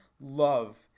love